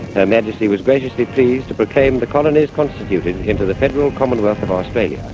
her majesty was graciously pleased to proclaim the colonies constituted into the federal commonwealth of australia.